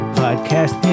podcast